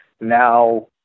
Now